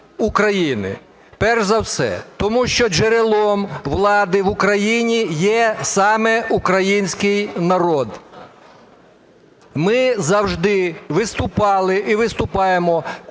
України перш за все, тому що джерелом влади в Україні є саме український народ. Ми завжди виступали і виступаємо